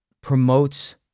promotes